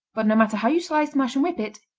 but no matter how you slice, mash and whip it,